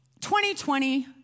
2020